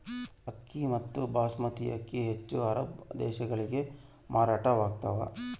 ಅಕ್ಕಿ ಮತ್ತು ಬಾಸ್ಮತಿ ಅಕ್ಕಿ ಹೆಚ್ಚು ಅರಬ್ ದೇಶಗಳಿಗೆ ಮಾರಾಟವಾಗ್ತಾವ